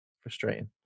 frustrating